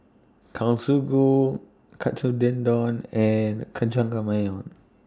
Katsu Tendon and